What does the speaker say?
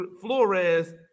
Flores